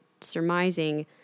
surmising